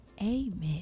Amen